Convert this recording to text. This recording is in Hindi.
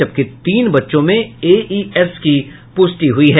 जबकि तीन बच्चों में एईएस की पुष्टि हुई है